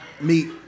meet